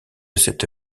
cette